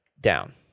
Down